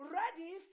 ready